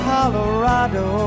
Colorado